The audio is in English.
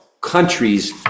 countries